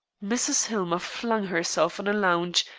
mrs. hillmer flung herself on a lounge,